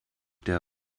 der